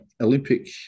Olympic